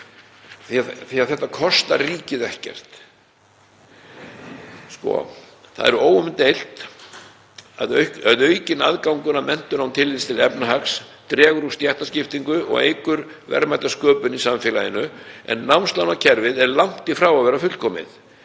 því að það kostar ríkið ekkert. Það er óumdeilt að aukinn aðgangur að menntun án tillits til efnahags dregur úr stéttaskiptingu og eykur verðmætasköpun í samfélaginu, en námslánakerfið er langt frá því að vera fullkomið.